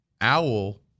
owl